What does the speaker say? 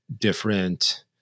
different